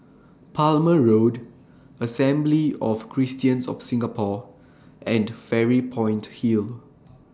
Palmer Road Assembly of Christians of Singapore and Fairy Point Hill